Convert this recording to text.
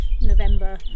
November